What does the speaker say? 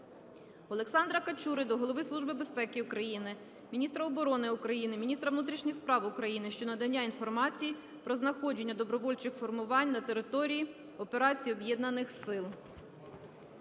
Олександра Качури до Голови Служби безпеки України, міністра оборони України, міністра внутрішніх справ України щодо надання інформації про знаходження добровольчих формувань на території Операції об'єднаних сил.